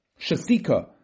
Shasika